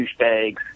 douchebags